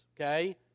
okay